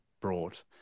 brought